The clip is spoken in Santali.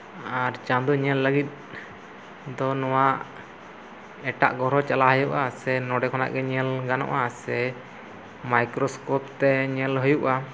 ᱟᱨ ᱪᱟᱸᱫᱚ ᱧᱮᱞ ᱞᱟᱹᱜᱤᱫ ᱫᱚ ᱱᱚᱣᱟ ᱮᱴᱟᱜ ᱜᱨᱚᱦᱚ ᱪᱟᱞᱟᱜ ᱦᱩᱭᱩᱜᱼᱟ ᱥᱮ ᱱᱚᱰᱮ ᱠᱷᱚᱱᱟᱜ ᱜᱮ ᱧᱮᱞ ᱜᱟᱱᱚᱜᱼᱟ ᱥᱮ ᱢᱟᱭᱠᱨᱳᱥᱠᱳᱯᱛᱮ ᱧᱮᱞ ᱦᱩᱭᱩᱜᱼᱟ